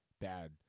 bad